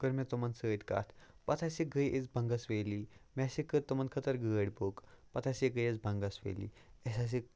کٔر مےٚ تِمَن سۭتۍ کَتھ پتہٕ ہاسے گٔے أسۍ بَنگَس ویلی مےٚ ہَسے کٔر تِمَن خٲطٕر گٲڑۍ بُک پتہٕ ہَسے گٔے أسۍ بَنگَس ویلی أسۍ ہاسے